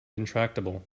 intractable